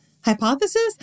Hypothesis